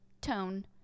tone